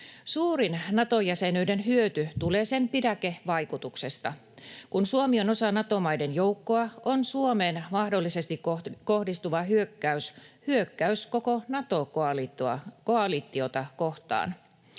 Suurin Nato-jäsenyyden hyöty tulee sen pidäkevaikutuksesta. Kun Suomi on osa Nato-maiden joukkoa, Suomeen mahdollisesti kohdistuva hyökkäys on hyökkäys koko Nato-koalitiota kohtaan.